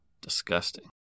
Disgusting